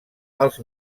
als